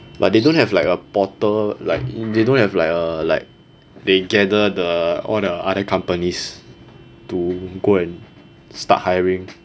but they don't have like a portal like they don't have like a like they gather the all the other companies to go and start hiring